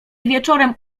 wieczorem